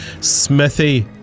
Smithy